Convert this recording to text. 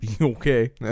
Okay